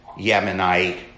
Yemenite